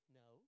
no